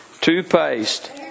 Toothpaste